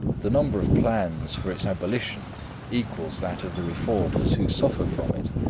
the number of plans for its abolition equals that of the reformers who suffer from it,